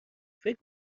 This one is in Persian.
فکر